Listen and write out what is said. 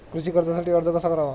कृषी कर्जासाठी अर्ज कसा करावा?